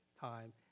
time